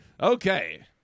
Okay